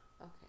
Okay